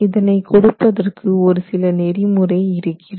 இதனை கொடுப்பதற்கு ஒரு சில நெறிமுறை இருக்கிறது